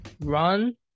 run